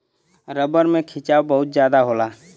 rubber में खिंचाव बहुत जादा होला